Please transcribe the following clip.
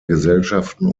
gesellschaften